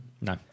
no